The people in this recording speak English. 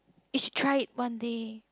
is try it one day